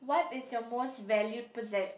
what is your most valued person